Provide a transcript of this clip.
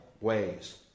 ways